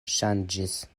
ŝanĝis